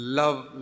love